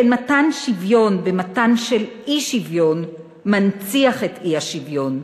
שכן מתן שוויון במצב של אי-שוויון מנציח את האי-שוויון.